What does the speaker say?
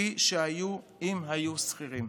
כפי שהיו אם היו שכירים.